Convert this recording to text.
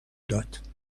داد